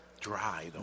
Dry